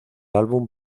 álbum